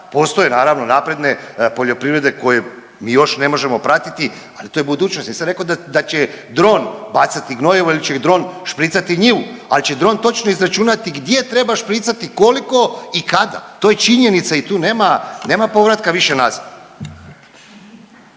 Postoje naravno, napredne poljoprivrede koje mi još ne možemo pratiti, ali to je budućnost, nisam rekao da će dron bacati gnojivo ili će ih dron špricati njivu, ali će dron točno izračunati gdje treba špricati, koliko i kada. To je činjenica i tu nema povratka više nazad.